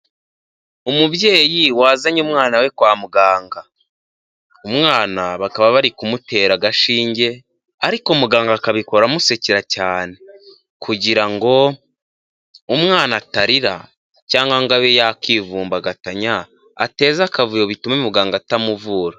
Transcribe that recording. Umubyeyi wazanye umwana we kwa muganga, umwana bakaba bari kumutera agashinge ariko muganga akabikora amusekera cyane kugira ngo umwana atarira cyangwa ngo abe yakivumbagatanya ateze akavuyo bituma muganga atamuvura.